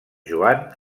joan